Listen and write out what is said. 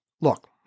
look